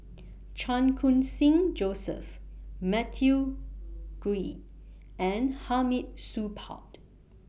Chan Khun Sing Joseph Matthew Ngui and Hamid Supaat